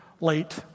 late